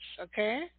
okay